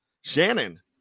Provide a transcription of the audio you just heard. Shannon